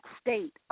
state